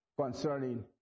concerning